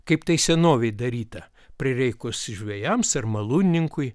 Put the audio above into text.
kaip tai senovėj daryta prireikus žvejams ar malūnininkui